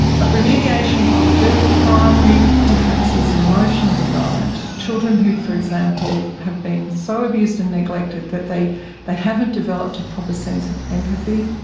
but remediation of very primary differences in emotional development, children who for example have been so abused and neglected that they they haven't developed a proper sense of empathy,